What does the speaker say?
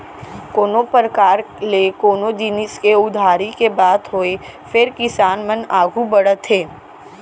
कोनों परकार ले कोनो जिनिस के उधारी के बात होय फेर किसान मन आघू बढ़त हे